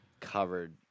Covered